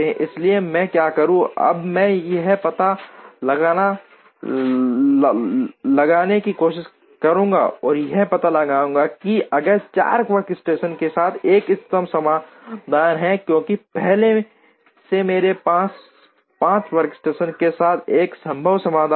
इसलिए मैं क्या करूंगा अब मैं यह पता लगाने की कोशिश करूंगा और पता लगाऊंगा कि अगर 4 वर्कस्टेशन के साथ एक इष्टतम समाधान है क्योंकि पहले से ही मेरे पास 5 वर्कस्टेशन के साथ एक संभव समाधान है